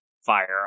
fire